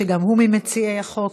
שגם הוא ממציעי החוק.